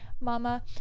mama